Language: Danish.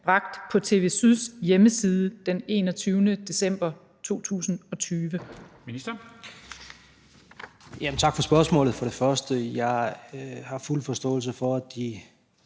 bragt på TV SYDs hjemmeside den 21. december 2020?